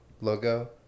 logo